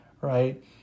right